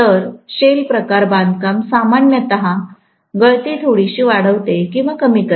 तर शेल प्रकार बांधकाम सामान्यत गळती थोडीशी वाढवते किंवा कमी करते